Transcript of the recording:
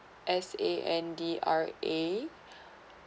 S A N D R A